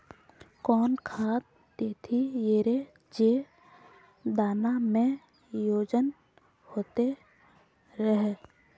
कौन खाद देथियेरे जे दाना में ओजन होते रेह?